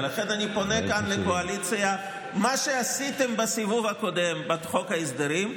ולכן אני פונה כאן לקואליציה: מה שעשיתם בסיבוב הקודם בחוק ההסדרים,